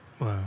Wow